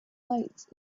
lights